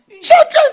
children